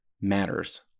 matters